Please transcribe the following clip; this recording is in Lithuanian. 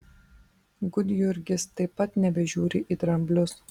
gudjurgis taip pat nebežiūri į dramblius